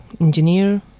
engineer